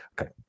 Okay